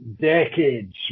decades